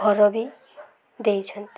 ଘର ବି ଦେଇଛନ୍ତି